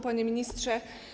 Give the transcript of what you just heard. Panie Ministrze!